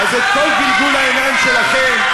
אז את כל גלגול העיניים שלכם,